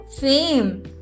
fame